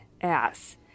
ass